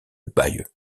bayeux